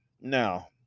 Now